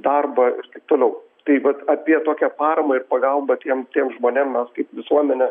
darbą ir taip toliau tai vat apie tokią paramą ir pagalbą tiem tiem žmonėm mes kaip visuomenė